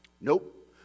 Nope